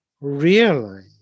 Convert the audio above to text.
realize